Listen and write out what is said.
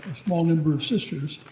small number of sisters,